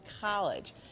college